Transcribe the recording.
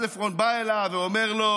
אז עפרון בא אליו ואומר לו: